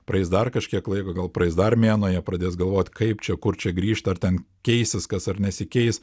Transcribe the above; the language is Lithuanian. praeis dar kažkiek laiko gal praeis dar mėnuo jie pradės galvot kaip čia kur čia grįžt ar ten keisis kas ar nesikeis